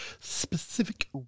specific